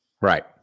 Right